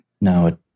No